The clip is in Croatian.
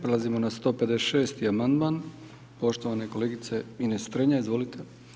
Prelazimo na 156 amandman, poštovane kolegice Ines Strenja, izvolite.